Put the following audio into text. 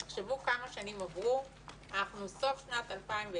תחשבו כמה שנים עברו, אנחנו סוף שנת 2020